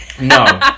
no